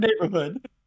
neighborhood